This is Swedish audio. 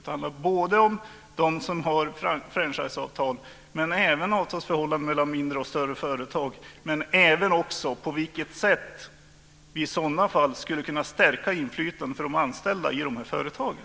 Det handlar både om dem som har franchiseavtal och om avtalsförhållanden mellan mindre och större företag men även också om på vilket sätt vi i sådana fall skulle kunna stärka inflytandet för de anställda i företagen.